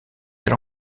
elle